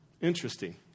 Interesting